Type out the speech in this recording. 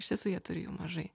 iš tiesų jie turi jų mažai